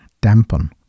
dampen